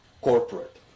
corporate